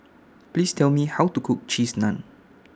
Please Tell Me How to Cook Cheese Naan